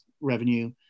revenue